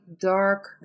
dark